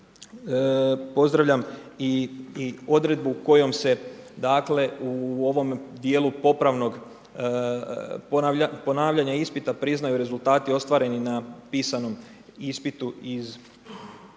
pozdravljam i odredbu kojom se dakle, u ovom dijelu popravnog ponavljanja ispita priznaju rezultati ostvareni na pisanom ispitu iz,